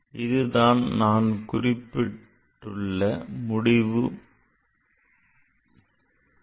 இதுதான் நாம் குறிப்பிட்டுள்ள முடிவு மதிப்பு ஆகும்